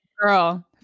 girl